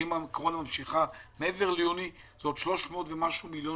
ואם הקורונה ממשיכה אחרי יוני זה עוד 300 ומשהו מיליון